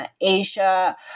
Asia